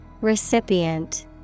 Recipient